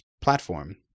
platform